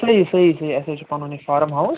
صحیٖح صحیٖح صحیٖح اسہِ حظ چھُ پنُن یہِ فارَم ہاوُس